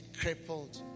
crippled